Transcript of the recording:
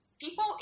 people